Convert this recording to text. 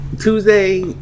Tuesday